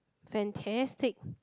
fantastic